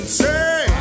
say